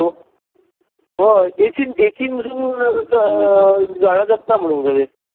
hello हय एसीन एसीन पसून झाडां जगता म्हणून